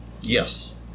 Yes